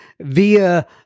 via